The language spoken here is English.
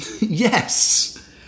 Yes